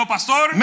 Pastor